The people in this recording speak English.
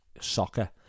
soccer